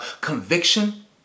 conviction